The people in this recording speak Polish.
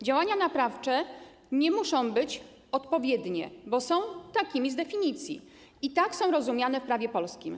Działania naprawcze nie muszą być odpowiednie, bo są takimi z definicji, i tak są rozumiane w prawie polskim.